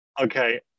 Okay